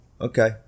okay